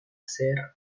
ser